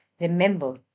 remember